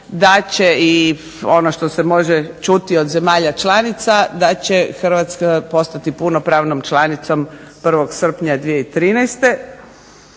da će ono što se može čuti od zemalja članica da će Hrvatska postati punopravnom članicom 1. srpnja 2013.